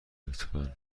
لطفا